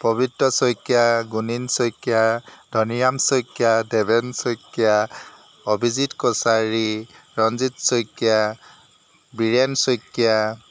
Pabitra Saikia Gunin Saikia Dhaniram Saikia Deben Saikia Abhijit Kachari Ranjit Saikia Biren Saikia